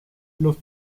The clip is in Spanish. los